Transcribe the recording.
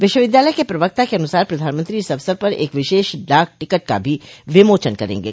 विश्वविद्यालय के प्रवक्ता के अनुसार प्रधानमंत्री इस अवसर पर एक विशेष डाक टिकट का भी विमोचन करेंगे